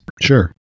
Sure